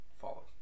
Follow